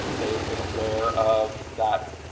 they've been aware of that